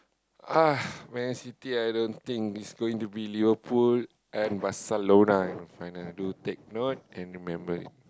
!ah! Man-City I don't think it's going to be Liverpool and Barcelona in final do take note and remember it